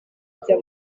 kujya